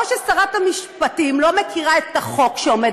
או ששרת המשפטים לא מכירה את החוק שעומד